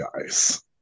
guys